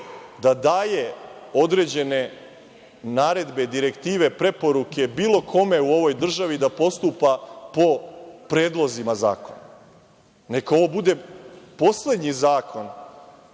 da daje određene naredbe, direktive, preporuke bilo kome u ovoj državi da postupa po predlozima zakona. Neka ovo bude poslednji zakon